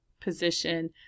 position